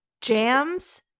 jams